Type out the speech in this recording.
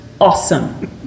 awesome